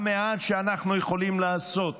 המעט שאנחנו יכולים לעשות